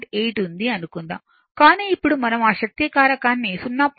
8 ఉంది అనుకుందాం కానీ ఇప్పుడు మనం ఆ శక్తి కారకాన్ని 0